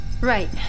Right